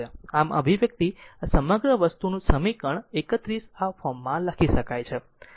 આમ આ અભિવ્યક્તિ આ સમગ્ર વસ્તુનું સમીકરણ 31 આ ફોર્મમાં લખી શકાય છે